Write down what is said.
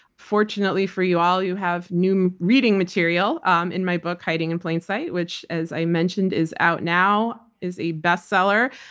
fortunately for you all, you have new reading material um in my book, hiding in plain sight, which as i mentioned is out now, is a bestseller.